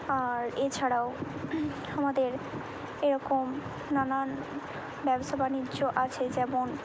আর এছাড়াও আমাদের এরকম নানান ব্যবসা বাণিজ্য আছে যেমন